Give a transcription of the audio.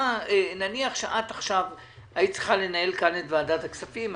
נניח שאת היית צריכה לנהל את ועדת הכספים,